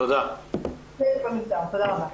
תודה רבה.